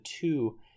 two